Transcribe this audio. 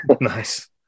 Nice